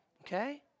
Okay